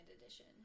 edition